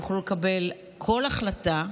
יוכלו לקבל כל החלטה,